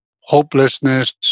hopelessness